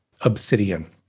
Obsidian